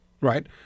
Right